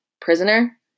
Prisoner